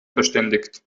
verständigt